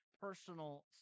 personal